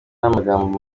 amagambo